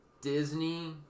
Disney